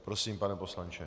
Prosím, pane poslanče.